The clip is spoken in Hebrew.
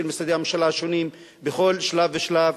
של משרדי הממשלה השונים בכל שלב ושלב,